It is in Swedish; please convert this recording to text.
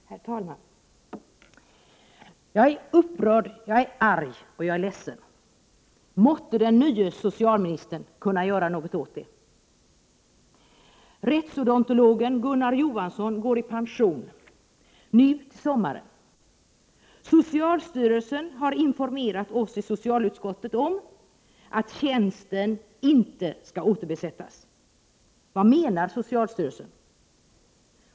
Herr talman! Jag är upprörd, jag är arg och jag är ledsen. Måtte den nye socialministern kunna göra något åt det! Rättsodontologen Gunnar Johansson går i pension till sommaren. Socialstyrelsen har informerat socialutskottet om att tjänsten inte skall återbesättas. Vad menar socialstyrelsen?